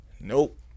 Nope